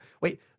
wait